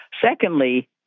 secondly